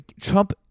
Trump